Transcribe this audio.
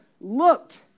looked